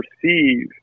perceive